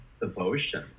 devotion